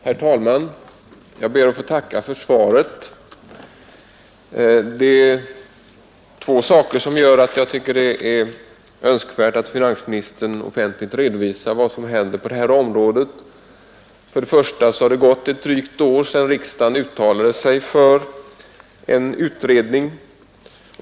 Herr talman! Jag ber att få tacka för svaret. Det är två saker som gör att jag tycker det är önskvärt att finansministern offentligt redovisar vad som händer på det här området. För det första har det gått ett drygt år sedan riksdagen uttalade sig för en utredning.